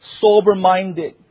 sober-minded